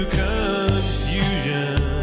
confusion